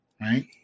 Right